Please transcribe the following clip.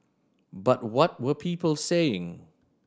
but what were people saying